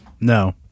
No